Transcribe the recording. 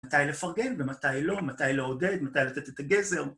מתי לפרגן ומתי לא, מתי לעודד, מתי לתת את הגזר.